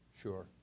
Sure